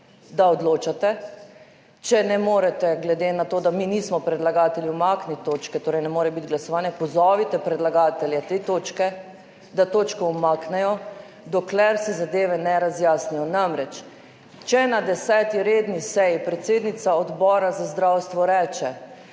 da odločate. Če ne morete, glede na to, da mi nismo predlagatelji, umakniti točke, torej ne more biti glasovanje, pozovete predlagatelje te točke, da točko umaknejo, dokler se zadeve ne razjasnijo. Namreč, če na 10. redni seji predsednica Odbora za zdravstvo reče,